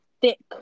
thick